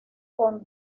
con